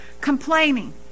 Complaining